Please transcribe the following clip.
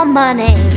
money